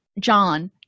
John